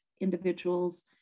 individuals